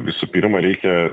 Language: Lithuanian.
visų pirma reikia